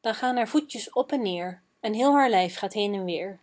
dan gaan haar voetjes op en neer en heel haar lijf gaat heen en weer